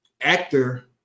Actor